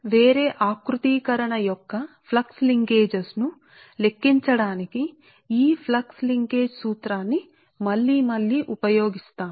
మీరు వేరే అమరిక యొక్క ఫ్లక్స్ లింకేజీలను లెక్కించడానికి మీరు పిలిచేది